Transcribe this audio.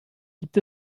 gibt